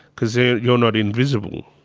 because yeah you are not invisible.